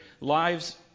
lives